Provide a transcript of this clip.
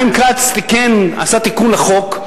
חיים כץ עשה תיקון לחוק,